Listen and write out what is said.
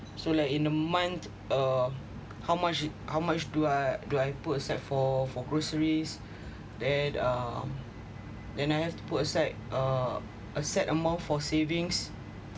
so like in a month uh how much how much do I do I put aside for for groceries then uh then I have to put aside uh a set amount for savings